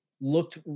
looked